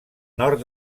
nord